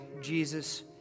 Jesus